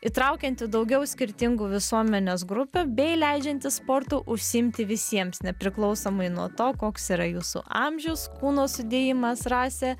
įtraukianti daugiau skirtingų visuomenės grupių bei leidžiantis sportu užsiimti visiems nepriklausomai nuo to koks yra jūsų amžius kūno sudėjimas rasė